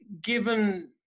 given